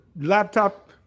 Laptop